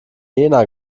jena